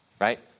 right